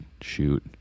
shoot